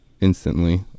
instantly